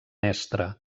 estre